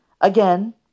again